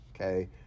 okay